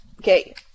Okay